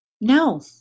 No